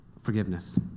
Forgiveness